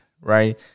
right